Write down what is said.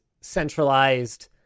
centralized